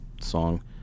song